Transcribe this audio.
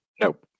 Nope